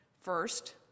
First